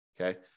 Okay